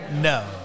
no